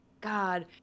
God